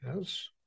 Yes